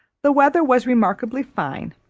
the weather was remarkably fine,